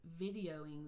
videoing